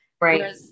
right